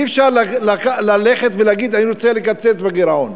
אי-אפשר ללכת ולהגיד: אני רוצה לקצץ בגירעון.